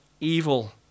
evil